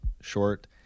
short